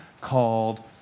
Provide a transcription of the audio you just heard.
called